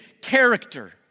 character